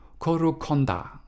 Korukonda